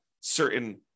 certain